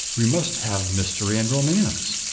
we must have mystery and romance.